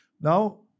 Now